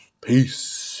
Peace